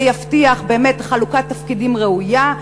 זה יבטיח חלוקת תפקידים ראויה,